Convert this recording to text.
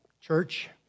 church